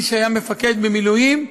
מי שהיה מפקד במילואים,